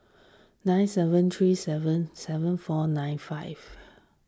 nine seven three seven seven four nine five